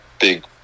big